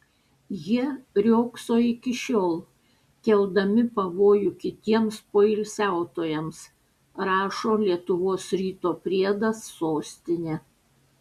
jie riogso iki šiol keldami pavojų kitiems poilsiautojams rašo lietuvos ryto priedas sostinė